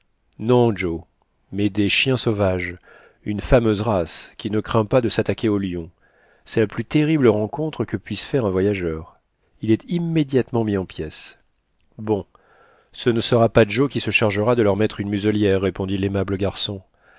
joe mais des chiens sauvages une fameuse race qui ne craint pas de s'attaquer aux lions c'est la plus terrible rencontre que puisse faire un voyageur il est immédiatement mis en pièces bon ce ne sera pas joe qui se chargera de leur mettre une muselière répondit l'aimable garçon